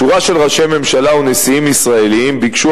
שורה של ראשי ממשלה ונשיאים ישראלים ביקשו